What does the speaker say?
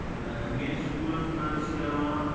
میٲنِس سٔکوٗلَس منٛز چھِ یِوان